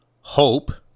hope